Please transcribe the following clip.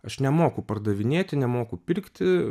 aš nemoku pardavinėti nemoku pirkti